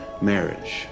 marriage